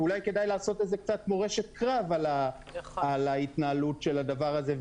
אולי כדאי לעשות על זה קצת מורשת קרב על ההתנהלות של הדבר הזה.